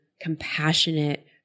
compassionate